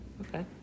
Okay